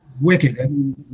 wicked